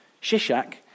Shishak